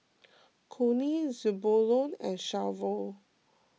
Connie Zebulon and Shavon